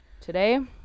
Today